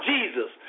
Jesus